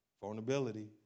Vulnerability